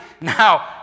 now